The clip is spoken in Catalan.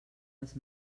les